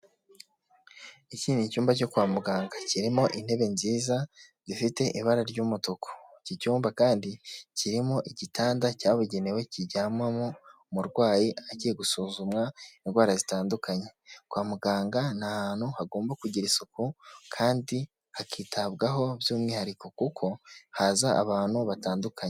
Iki ni icyumba cyo kwa muganga. Kirimo intebe nziza zifite ibara ry'umutuku. Iki cyumba kandi kirimo igitanda cyabugenewe kijyanmamo umurwayi agiye gusuzumwa indwara zitandukanye. Kwa muganga ni ahantu hagomba kugira isuku kandi hakitabwaho by'umwihariko kuko haza abantu batandukanye.